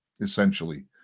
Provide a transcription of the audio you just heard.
essentially